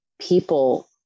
people